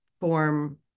form